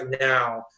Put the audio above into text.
now